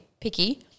picky